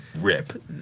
rip